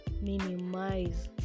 minimize